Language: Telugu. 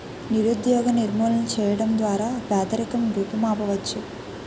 నిరుద్యోగ నిర్మూలన చేయడం ద్వారా పేదరికం రూపుమాపవచ్చు